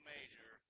Major